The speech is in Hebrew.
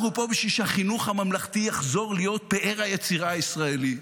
אנחנו פה בשביל שהחינוך הממלכתי יחזור להיות פאר היצירה הישראלית,